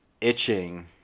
itching